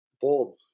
Bold